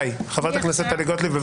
חברת הכנסת טלי גוטליב.